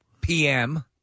PM